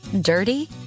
dirty